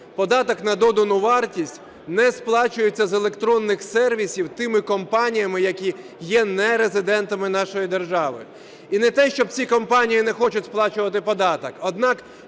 податок на додану вартість не сплачується з електронних сервісів тими компаніями, які є нерезидентами нашої держави. І не те що ці компанії не хочуть сплачувати податок,